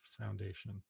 foundation